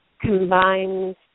combined